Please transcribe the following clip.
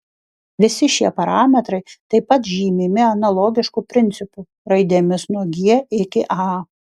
visi šie parametrai taip pat žymimi analogišku principu raidėmis nuo g iki a